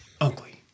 ugly